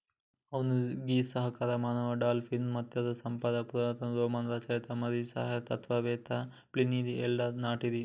అవును గీ సహకార మానవ డాల్ఫిన్ మత్స్య సంపద పురాతన రోమన్ రచయిత మరియు సహజ తత్వవేత్త ప్లీనీది ఎల్డర్ నాటిది